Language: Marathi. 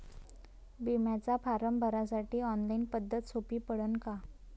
बिम्याचा फारम भरासाठी ऑनलाईन पद्धत सोपी पडन का?